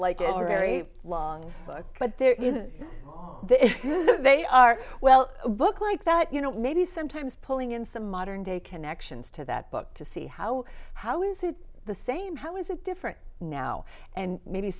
like it a very long book but they're all they are well a book like that you know maybe sometimes pulling in some modern day connections to that book to see how how is it the same how is it different now and maybe